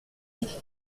dit